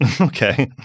Okay